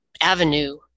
avenue